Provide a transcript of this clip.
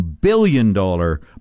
billion-dollar